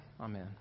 Amen